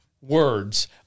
words